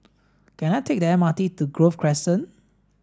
can I take the M R T to Grove Crescent